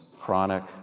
Chronic